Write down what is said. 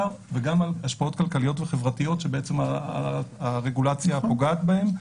וגם להשפעות חברתיות וכלכליות שהרגולציה פוגעת בהן.